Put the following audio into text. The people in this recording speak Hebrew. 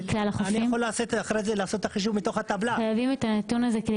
אני יכול לעשות את החישוב הזה אחרי כן,